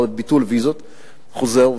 חוזר,